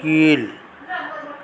கீழ்